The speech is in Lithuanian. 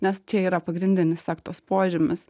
nes čia yra pagrindinis sektos požymis